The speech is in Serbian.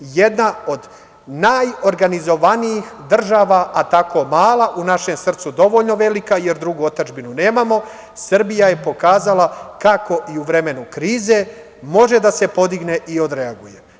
Jedna od najorganizovanijih država a tako mala, u našem srcu dovoljno velika jer drugu otadžbinu nemamo, Srbija je pokazala kako i u vremenu krize može da se podigne i odreaguje.